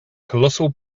colossal